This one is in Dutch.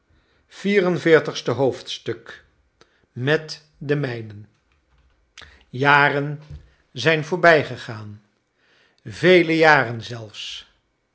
met de mijnen jaren zijn voorbijgegaan vele jaren zelfs